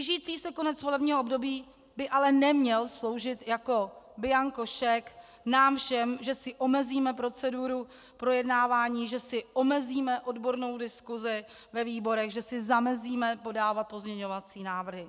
Blížící se konec volebního období by ale neměl sloužit jako bianko šek nám všem, že si omezíme proceduru projednávání, že si omezíme odbornou diskusi ve výborech, že si zamezíme podávat pozměňovací návrhy.